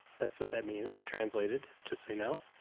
that's what that means. translated to say, no.